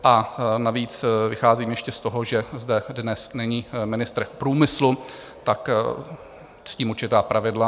A navíc vycházím ještě z toho, že zde dnes není ministr průmyslu, tak ctím určitá pravidla.